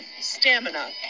stamina